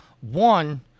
One